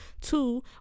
two